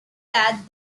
that